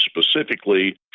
specifically